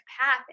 path